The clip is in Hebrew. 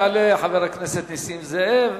יעלה חבר הכנסת נסים זאב,